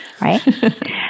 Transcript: right